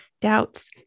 doubts